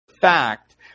fact